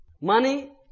Money